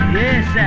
yes